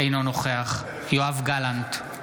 אינו נוכח יואב גלנט,